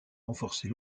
renforcer